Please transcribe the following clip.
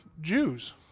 Jews